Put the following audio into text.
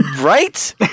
Right